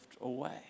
away